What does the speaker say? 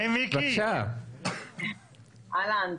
אהלן,